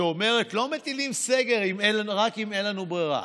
שאומרת שלא מטילים סגר אלא רק אם אין לנו ברירה,